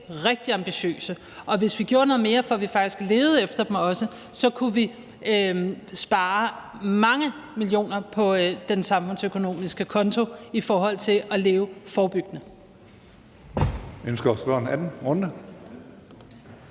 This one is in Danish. rigtig ambitiøse, og hvis vi gjorde noget mere for, at vi også levede efter dem, kunne vi spare mange millioner på den samfundsøkonomiske konto i forhold til at leve forebyggende.